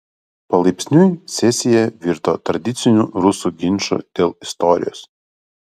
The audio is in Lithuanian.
palaipsniui sesija virto tradiciniu rusų ginču dėl istorijos